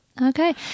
Okay